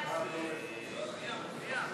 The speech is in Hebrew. קבוצת סיעת יש עתיד,